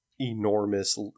enormous